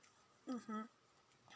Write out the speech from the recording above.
mmhmm